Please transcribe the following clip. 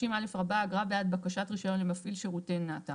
30א. אגרה בעד בקשת רישיון למפעיל שירותי נת"א.